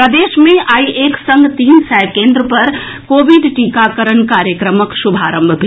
प्रदेश मे आई एकसंग तीन सय केन्द्र पर कोविड टीकाकरण कार्यक्रमक शुभारंभ भेल